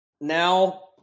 now